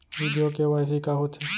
video KYC का होथे